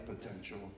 potential